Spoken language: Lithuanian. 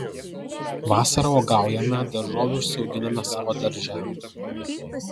vasarą uogaujame daržovių užsiauginame savo darže